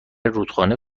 رودخانه